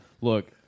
Look